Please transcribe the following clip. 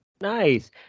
Nice